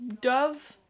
dove